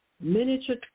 miniature